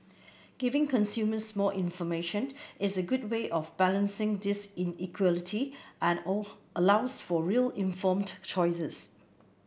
giving consumers more information is a good way of balancing this inequality and all allows for real informed choices